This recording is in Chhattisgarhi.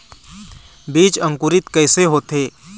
बीज अंकुरित कैसे होथे?